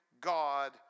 God